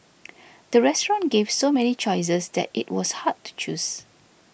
the restaurant gave so many choices that it was hard to choose